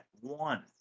One